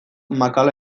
makala